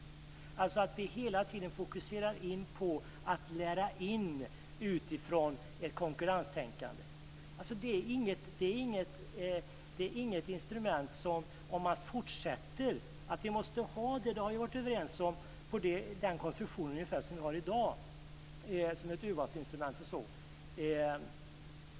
Man fokuserar hela tiden på att lära in utifrån ett konkurrenstänkande. Att vi måste ha betyg som urvalsinstrument med ungefär den konstruktion som är i dag har vi varit överens om.